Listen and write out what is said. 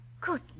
good